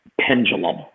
Pendulum